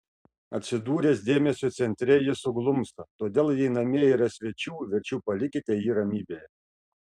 atsidūręs dėmesio centre jis suglumsta todėl jei namie yra svečių verčiau palikite jį ramybėje